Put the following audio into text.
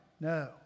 no